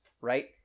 right